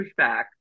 pushback